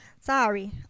Sorry